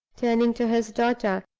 turning to his daughter.